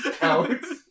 Alex